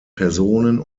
personen